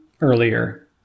earlier